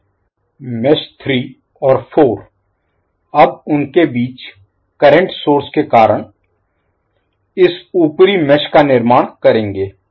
मेष 3 और 4 अब उनके बीच करंट सोर्स स्रोत Source के कारण इस ऊपरी मेष का निर्माण करेंगे